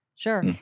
Sure